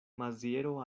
maziero